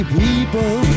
people